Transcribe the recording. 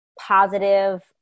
positive